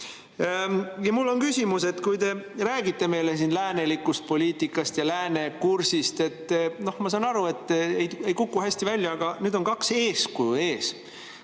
Mul on küsimus. Te räägite meile läänelikust poliitikast ja lääne kursist – ma saan aru, et ei kuku hästi välja, aga nüüd on kaks eeskuju ees.